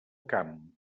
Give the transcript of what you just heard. camp